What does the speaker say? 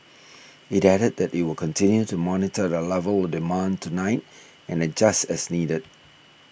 it added that it will continue to monitor the level of demand tonight and adjust as needed